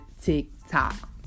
TikTok